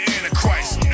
Antichrist